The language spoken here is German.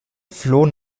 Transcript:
floh